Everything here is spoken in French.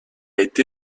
été